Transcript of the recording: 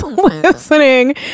listening